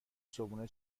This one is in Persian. صبحونه